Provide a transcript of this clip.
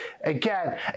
again